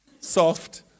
soft